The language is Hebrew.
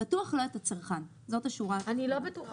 לא באה לפתוח כאן משהו, אבל הן עדיין לא כתובות.